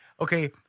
okay